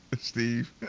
Steve